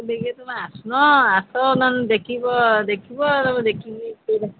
ଟିକେ ତୁମେ ଆସୁନ ଆସ ନହେଲେ ଦେଖିବ ଦେଖିବ ଦେଖିକିରି